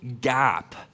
gap